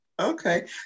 okay